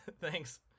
thanks